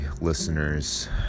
listeners